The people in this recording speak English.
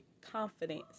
confidence